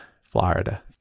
Florida